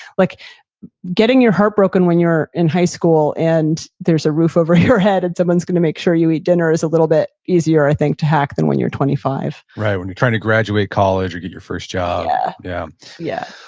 like getting your heartbroken when you're in high school and there's a roof over your head and someone's going to make sure you eat dinner is a little bit easier i think to hack than when you're twenty five point right. when you're trying to graduate college or get your first job yeah yeah yeah.